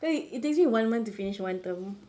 because it takes me one month to finish one term